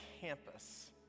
campus